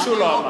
הוא לא אמר.